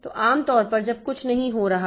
तो आम तौर पर जब कुछ नहीं हो रहा है